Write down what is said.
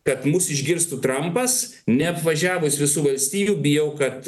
kad mus išgirstų trampas neapvažiavus visų valstijų bijau kad